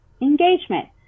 engagement